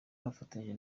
bafatanyije